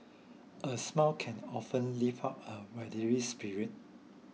a smile can often lift up a weary spirit